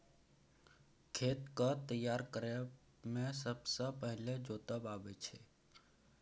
खेत केँ तैयार करब मे सबसँ पहिने जोतब अबै छै